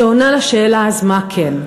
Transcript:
שעונה על השאלה: אז מה כן?